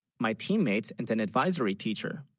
my teammates and an advisory teacher